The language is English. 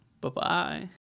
Bye-bye